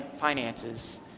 finances